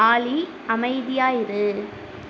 ஆலி அமைதியாக இரு